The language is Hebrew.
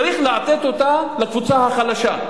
צריך לתת אותה לקבוצה החלשה,